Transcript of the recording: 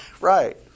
Right